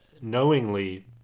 knowingly